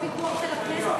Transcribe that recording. אין פיקוח של הכנסת,